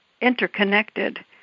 interconnected